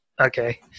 Okay